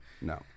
No